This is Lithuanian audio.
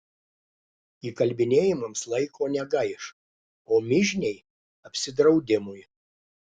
įkalbinėjimams laiko negaiš o mižniai apsidraudimui